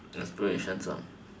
inspirations are